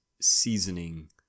seasoning